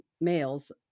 males